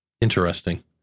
Interesting